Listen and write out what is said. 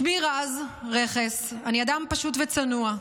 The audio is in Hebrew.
שמי רז רכס, אני אדם פשוט וצנוע.